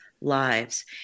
lives